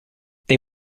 they